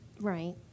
Right